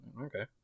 okay